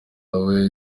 nawe